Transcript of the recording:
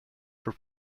for